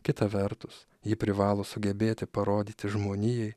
kita vertus ji privalo sugebėti parodyti žmonijai